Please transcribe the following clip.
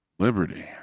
Liberty